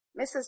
Mrs